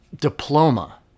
diploma